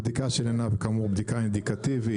הבדיקה של עינב כאמור בדיקה אינדיקטיבית,